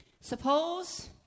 Suppose